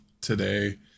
today